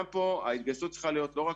גם כאן ההתגייסות צריכה להיות לא רק